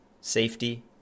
safety